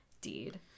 deed